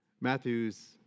Matthew's